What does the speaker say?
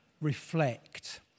reflect